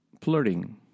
flirting